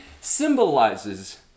symbolizes